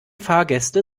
fahrgäste